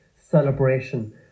celebration